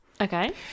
Okay